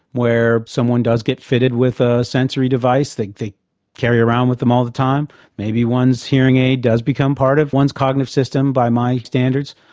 where someone does get fitted with a sensory device, that they carry around with them all the time, maybe one's hearing aid does become part of one's cognitive system, by my standards.